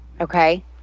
Okay